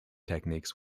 techniques